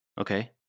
Okay